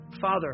Father